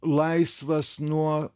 laisvas nuo